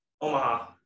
Omaha